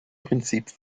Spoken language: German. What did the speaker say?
prinzip